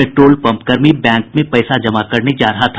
petrol पंपकर्मी bank में पैसा जमा करने जा रहा था